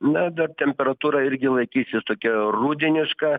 na dar temperatūra irgi laikysis tokia rudeniška